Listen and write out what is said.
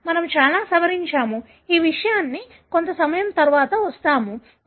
మనము చాలా సవరించాము ఈ విషయానికి కొంతసమయం తరువాత వస్తాము